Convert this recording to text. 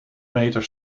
meter